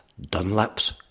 Dunlap's